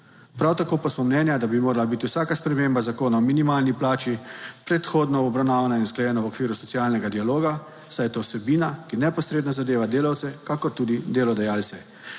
prav tako pa smo mnenja, da bi morala biti vsaka sprememba Zakona o minimalni plači predhodno obravnavana in usklajena v okviru socialnega dialoga. Saj je to vsebina, ki neposredno zadeva delavce kakor tudi delodajalce.